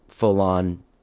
full-on